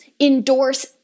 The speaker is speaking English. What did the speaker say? endorse